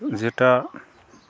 ᱡᱮᱴᱟ